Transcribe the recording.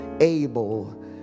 able